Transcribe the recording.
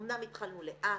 אמנם התחלנו לאט.